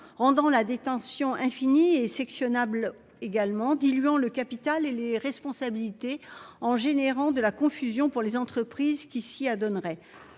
rendant la détention infinie et sectionne able également diluant le capital et les responsabilités en générant de la confusion pour les entreprises qui s'y adonneraient